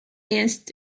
jest